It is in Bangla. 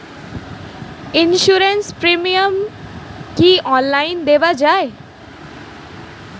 ইন্সুরেন্স প্রিমিয়াম কি অনলাইন দেওয়া যায়?